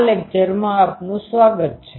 આ લેકચરમાં આપનુ સ્વાગત છે